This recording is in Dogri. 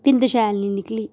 बिंद शैल नी निकली